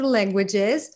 languages